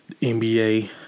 NBA